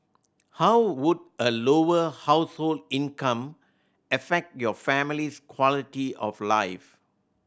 how would a lower household income affect your family's quality of life